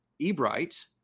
Ebright